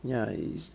ya it's